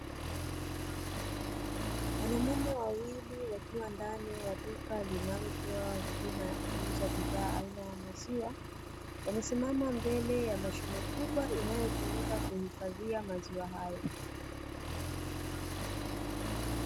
Wanaume wawili wakiwa ndani ya duka linalotoa huduma ya kuuza bidhaa aina ya maziwa, wamesimama mbele ya mashine kubwa inayotumika kuhifadhia maziwa hayo.